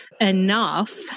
enough